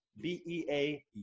B-E-A